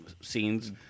scenes